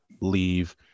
leave